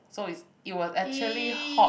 so is it was actually hot